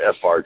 FR